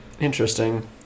interesting